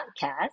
podcast